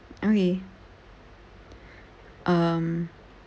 okay um